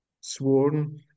sworn